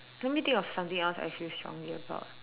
let me think of something else I feel strongly about